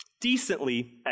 decently